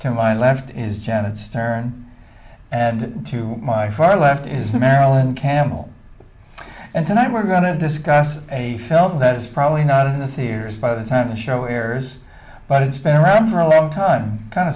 to my left is janet stern and to my far left is marilyn campbell and tonight we're going to discuss a film that is probably not in the thiers by the time the show airs but it's been around for a long time kind